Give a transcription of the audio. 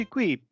qui